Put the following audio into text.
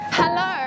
Hello